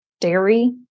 dairy